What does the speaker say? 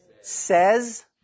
Says